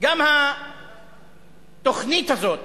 גם התוכנית הזאת